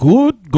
Good